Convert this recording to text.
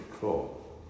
cool